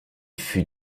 fut